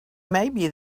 maybe